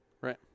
Right